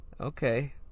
Okay